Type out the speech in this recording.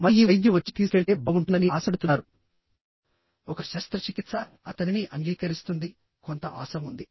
మరి ఈ వైద్యుడు వచ్చి తీసుకెళ్తే బాగుంటుందని ఆశపడుతున్నారు ఒక శస్త్రచికిత్సఅతనిని అంగీకరిస్తుంది కొంత ఆశ ఉంది